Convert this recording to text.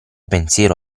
pensiero